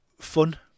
fun